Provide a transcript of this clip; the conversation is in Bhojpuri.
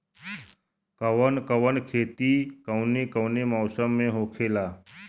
कवन कवन खेती कउने कउने मौसम में होखेला?